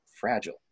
fragile